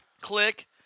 Click